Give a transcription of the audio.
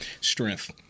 Strength